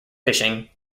fishing